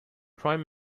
prime